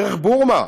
דרך בורמה.